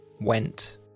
went